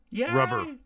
rubber